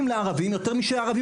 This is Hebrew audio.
רוצחים אותנו,